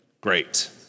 Great